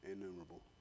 Innumerable